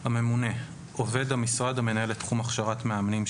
יבוא: "הממונה" עובד המשרד המנהל את תחום הכשרת מאמנים,